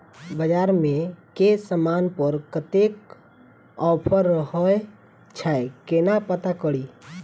बजार मे केँ समान पर कत्ते ऑफर रहय छै केना पत्ता कड़ी?